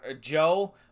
Joe